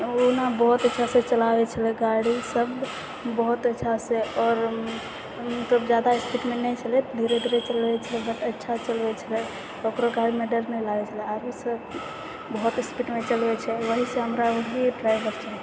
ओ ने बहुत अच्छासँ चलाबै छलै गाड़ी सब बहुत अच्छासँ आओर जादा स्पीडमे नहि चलबै छलै धीरे धीरे चलबै छलै बट अच्छा सँ चलबै छलै ककरो गाड़ीमे डर नहि लागै छलै आरो सब बहुत स्पीडमे चलबै छै वहीसँ हमरा वही ड्राइवर चाही